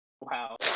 Wow